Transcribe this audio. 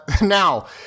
now